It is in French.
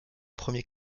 premier